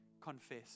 confess